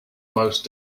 most